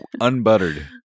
unbuttered